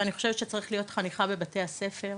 ואני חושבת שצריכה להיות חניכה בבתי הספר,